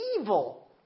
evil